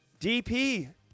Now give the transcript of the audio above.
DP